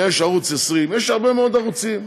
יש ערוץ 20, יש הרבה מאוד ערוצים.